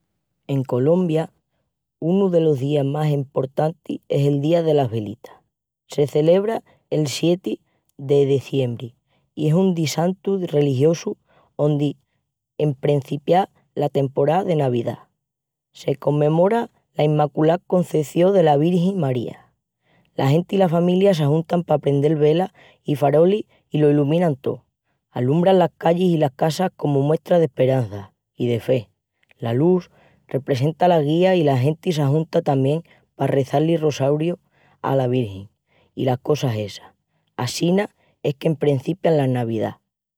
En Colombia, unu delos días más emportantis es el día delas velitas. Se celebra el sieti de deziembri i es un dissantu religiosu ondi emprencipia la temporá de Navidá. Se comemora la Imaculá Conceción dela Vigin María. La genti i la familia s'ajuntan pa prendel velas i farolis i lo luminan tó. Alumbran las callis i las casas comu muestra d'esperança i de fe. La lus representa la guía i la genti s'ajunta tamién pa rezá-li rosarius ala vigin i las cosas essas. Assina es qu'emprencipian la Navidá.